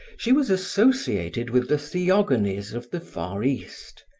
she was associated with the theogonies of the far east.